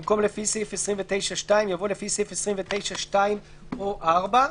במקום "לפי סעיף 29(2)" יבוא "לפי סעיף 29(2) או (4)".